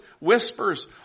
whispers